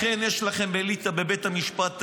לכן יש לכם אליטה בבית המשפט העליון,